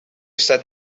said